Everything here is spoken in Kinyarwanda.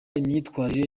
imyitwarire